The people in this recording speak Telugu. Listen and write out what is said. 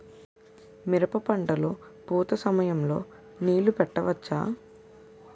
మిరప పంట లొ పూత సమయం లొ నీళ్ళు పెట్టవచ్చా?